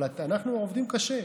אבל אנחנו עובדים קשה.